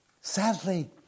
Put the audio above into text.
Sadly